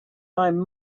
time